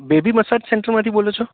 baby massage સેન્ટરમાંથી બોલો છો